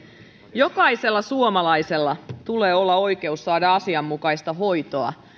jokaisella suomalaisella tulee olla oikeus saada asianmukaista hoitoa